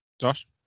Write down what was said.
Josh